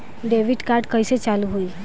Debit card कइसे चालू होई?